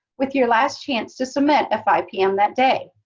with your last chance to submit at five p m. that day.